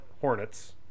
Hornets